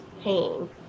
pain